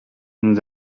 nous